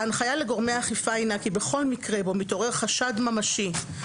ההנחיה לגורמי האכיפה הינה כי בכל מקרה בו מתעורר חשד ממשי,